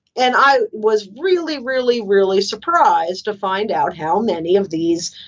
and i was really, really, really surprised to find out how many of these,